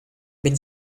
been